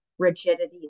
rigidity